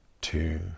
two